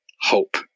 hope